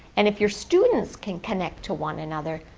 and if your students can connect to one another,